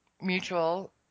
mutual